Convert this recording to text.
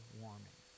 warming